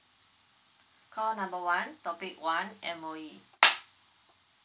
call number one topic one M_O_E